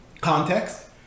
context